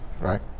right